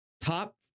top